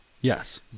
yes